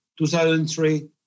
2003